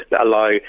allow